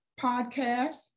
podcast